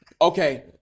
Okay